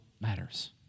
matters